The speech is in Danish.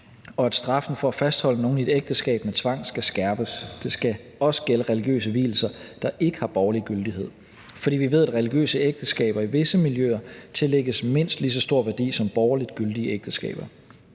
og at straffen for at fastholde nogen i et ægteskab med tvang skal skærpes. Det skal også gælde religiøse vielser, der ikke har borgerlig gyldighed, fordi vi ved, at religiøse ægteskaber i visse miljøer tillægges mindst lige så stor værdi som borgerligt gyldige ægteskaber.